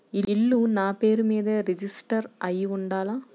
ఇల్లు నాపేరు మీదే రిజిస్టర్ అయ్యి ఉండాల?